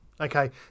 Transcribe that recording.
okay